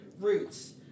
roots